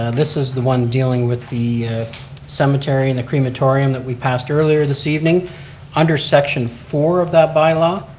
and this is the one dealing with the cemetery and the crematorium that we passed earlier this evening under section four of that bylaw,